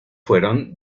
fueron